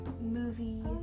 movie